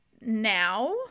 now